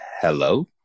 Hello